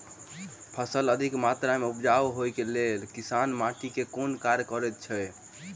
फसल अधिक मात्रा मे उपजाउ होइक लेल किसान माटि मे केँ कुन कार्य करैत छैथ?